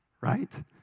right